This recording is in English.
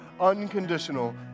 unconditional